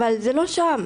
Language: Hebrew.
אבל זה לא שם.